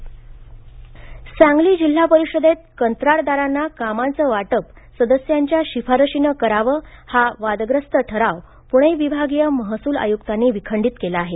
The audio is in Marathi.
सांगली जिप सांगली जिल्हा परिषदेत कंत्राटदारांना कामांचं वाटप सदस्यांच्या शिफारशीनं करावं हा वादग्रस्त ठराव प्रणे विभागीय महसूल आयुक्तांनी विखंडित केला आहे